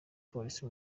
polisi